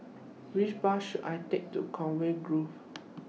Which Bus should I Take to Conway Grove